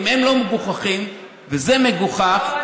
אם הם לא מגוחכים וזה מגוחך,